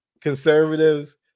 conservatives